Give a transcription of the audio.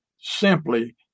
simply